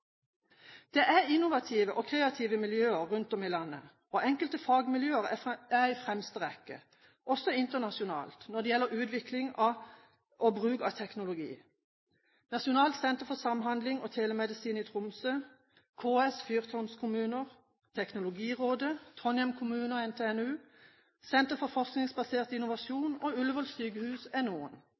Det er innovative og kreative miljøer rundt om i landet, og enkelte fagmiljøer er i fremste rekke, også internasjonalt, når det gjelder utvikling og bruk av teknologi. Nasjonalt senter for samhandling og telemedisin i Tromsø, KS, fyrtårnkommuner, Teknologirådet, Trondheim kommune og NTNU, Senter for forskningsbasert innovasjon og Ullevål universitetssykehus er noen.